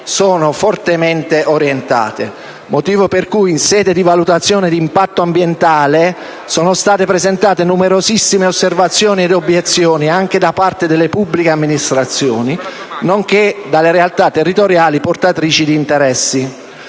sono fortemente orientati, motivo per cui, in sede di valutazione di impatto ambientale sono state presentate numerosissime osservazioni e obiezioni anche da parte delle pubbliche amministrazioni, nonché dalle realtà territoriali portatrici di interessi.